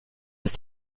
ist